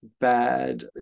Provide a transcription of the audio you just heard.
bad